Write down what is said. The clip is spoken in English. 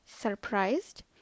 Surprised